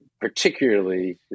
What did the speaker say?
particularly